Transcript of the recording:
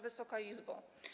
Wysoka Izbo!